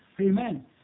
Amen